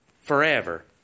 forever